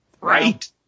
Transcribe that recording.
Right